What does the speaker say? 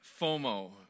FOMO